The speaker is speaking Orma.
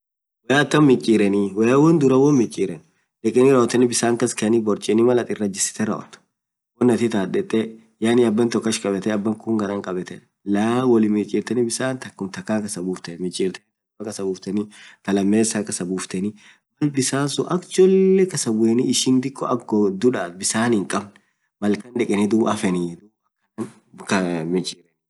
woyaa ataam michirenii, dursaa bisaan kass kaeeni duub abaan tok ach kaabetee kuun garaan kabetee michirteenii mal bisaan ak cholee kasaa buu ak gotuu itaat, bisaan hinkaab malsuun dekenii affeni.